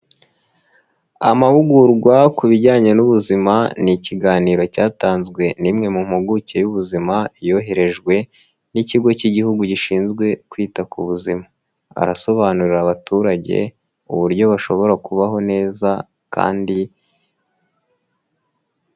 Amahugurwa ku bijyanye n'ubuzima, ni ikiganiro cyatanzwe n'imwe mu mpuguke y'ubuzima yoherejwe n'ikigo cy'Igihugu gishinzwe kwita ku buzima, arasobanurira abaturage uburyo bashobora kubaho neza kandi.